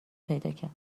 پیداکرد